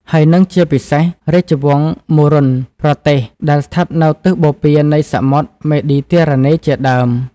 ហើយនិងជាពិសេសរាជវង្សមូរុណ្ឌប្រទេសដែលស្ថិតនៅទិសបូព៌ានៃ សមុទ្រ មេឌីទែរ៉ាណេជាដើម។